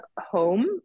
home